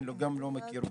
אני גם לא מכיר.